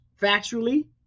factually